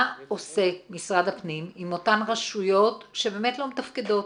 מה עושה משרד הפנים עם אותן רשויות שבאמת לא מתפקדות?